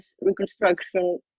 reconstruction